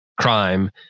crime